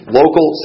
local